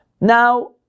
Now